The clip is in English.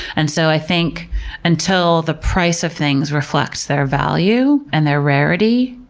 and so i think until the price of things reflects their value and their rarity,